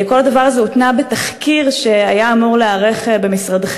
כל הדבר הזה הותנה בתחקיר שהיה אמור להיערך במשרדכם,